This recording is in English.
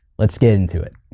let's get into it.